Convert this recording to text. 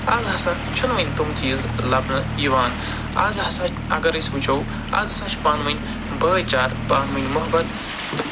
آز ہَسا چھِنہٕ وۄنہِ تِم چیٖز لَبنہ یوان آز ہَسا اگر أسۍ وٕچھو آز ہَسا چھِ پانہٕ ؤنۍ بٲے چارٕ پانہٕ ؤنۍ محبت تہٕ